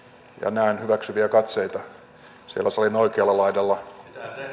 näen hyväksyviä katseita siellä salin oikealla laidalla